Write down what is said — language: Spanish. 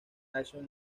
jason